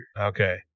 Okay